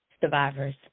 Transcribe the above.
survivors